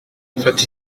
fata